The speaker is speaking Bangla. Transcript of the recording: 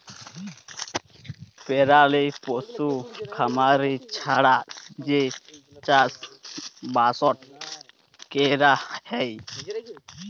পেরালি পশু খামারি ছাড়া যে চাষবাসট ক্যরা হ্যয়